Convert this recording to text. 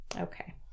Okay